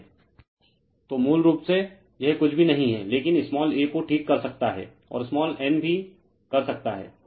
refer slide time 0446 तो मूल रूप से यह कुछ भी नहीं है लेकिन स्माल a को ठीक कर सकता है और स्माल n भी कर सकता है